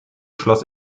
schloss